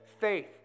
faith